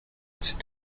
cet